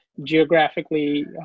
Geographically